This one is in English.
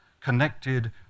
connected